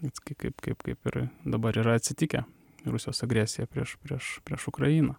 visgi kaip kaip kaip ir dabar yra atsitikę rusijos agresija prieš prieš prieš ukrainą